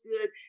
good